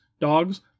dogs